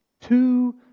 Two